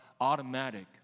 automatic